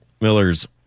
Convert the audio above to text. Miller's